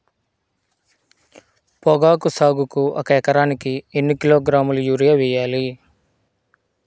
పొగాకు సాగుకు ఒక ఎకరానికి ఎన్ని కిలోగ్రాముల యూరియా వేయాలి?